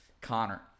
Connor